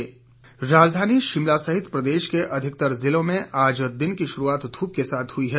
मौसम राजधानी शिमला सहित प्रदेश के अधिकतर जिलों में आज दिन की शुरूआत धूप के साथ हुई है